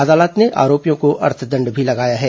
न्यायालय ने आरोपियों को अर्थदंड भी लगाया है